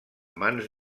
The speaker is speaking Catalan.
mans